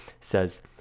says